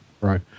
Right